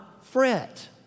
fret